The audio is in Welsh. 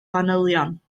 fanylion